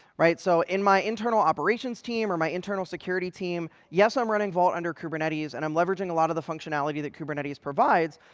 right? so in my internal operations team, or my internal security team, yes, i'm running vault under kubernetes, and i'm leveraging a lot of the functionality that kubernetes provides.